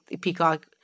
Peacock